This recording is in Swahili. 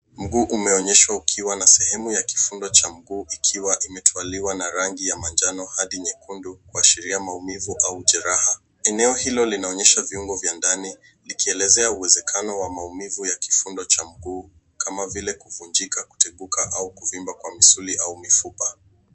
Mguu umeonyeshwa ukiwa na sehemu ya kifundo cha mguu ikiwa imetwaliwa na rangi ya manjano hadi nyekundu kuashiria maumivu au jeraha. Eneo hilo linaonyesha viungo vya ndani likielezea uwezekano wa maumivu ya kifundo cha mguu kama vile kuvunjika, kutenguka au kuvimba kwa misuli au mifupa.